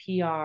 PR